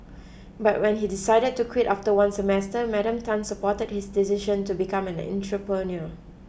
but when he decided to quit after one semester Madam Tan supported his decision to become an entrepreneur